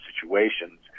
situations